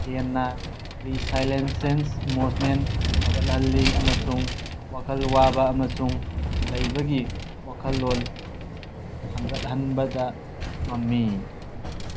ꯍꯦꯟꯅ ꯔꯤꯁꯥꯏꯂꯦꯟꯁꯁꯦꯟꯁ ꯏꯃꯣꯁꯅꯦꯜ ꯐꯒꯠꯍꯟꯂꯤ ꯑꯃꯁꯨꯡ ꯋꯥꯈꯜ ꯋꯥꯕ ꯑꯃꯁꯨꯡ ꯂꯩꯕꯒꯤ ꯋꯥꯈꯜꯂꯣꯜ ꯍꯪꯒꯠꯍꯟꯕꯗ ꯉꯝꯃꯤ